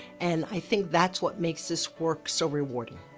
and i think that's what makes this work so rewarding.